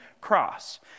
cross